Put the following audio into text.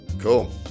Cool